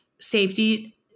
safety